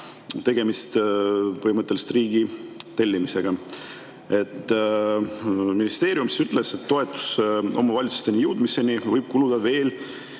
tegemist on põhimõtteliselt riigi tellimusega. Ministeerium ütles, et toetuse omavalitsusteni jõudmiseks võib kuluda veel